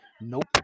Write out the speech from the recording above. Nope